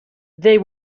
they